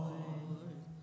Lord